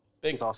Big